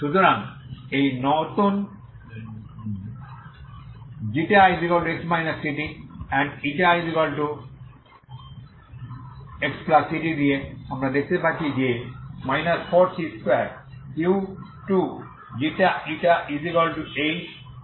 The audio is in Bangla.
সুতরাং এই নতুন ξx ct এবং xct দিয়ে আমরা দেখতে পাচ্ছি যে 4c2u2hξη